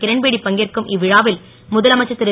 கிரண்பேடி பங்கேற்கும் இ விழாவில் முதலமைச்சர் ரு